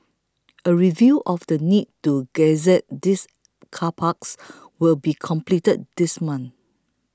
a review of the need to gazette these car parks will be completed this month